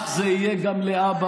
כך זה יהיה גם להבא.